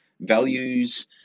values